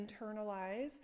internalize